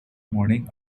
morning